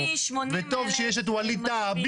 וטוב שיש את ווליד טאהא,